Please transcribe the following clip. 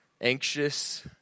anxious